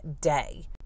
day